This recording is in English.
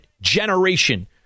Generation